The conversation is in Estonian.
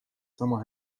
sama